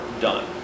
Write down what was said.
done